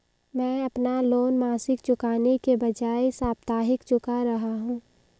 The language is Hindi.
मैं अपना लोन मासिक चुकाने के बजाए साप्ताहिक चुका रहा हूँ